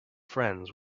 friends